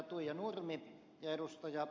tuija nurmi ja ed